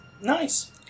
Nice